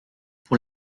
pour